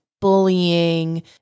bullying